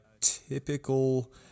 typical